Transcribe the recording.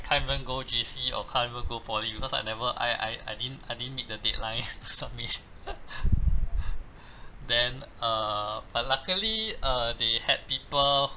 can't even go J_C or can't even go poly because I never I I I didn't I didn't meet the deadline to submit then err but luckily uh they had people